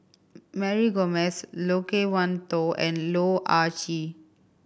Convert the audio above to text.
Mary Gomes Loke Wan Tho and Loh Ah Chee